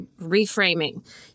reframing